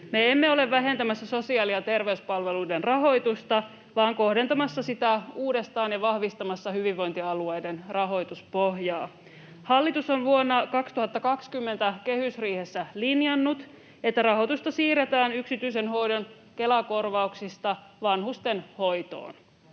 emme ole vähentämässä sosiaali- ja terveyspalveluiden rahoitusta vaan kohdentamassa sitä uudestaan ja vahvistamassa hyvinvointialueiden rahoituspohjaa. Hallitus on vuonna 2020 kehysriihessä linjannut, että rahoitusta siirretään yksityisen hoidon Kela-korvauksista vanhustenhoitoon.